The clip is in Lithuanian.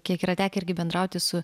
kiek yra tekę irgi bendrauti su